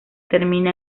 termina